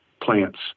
plants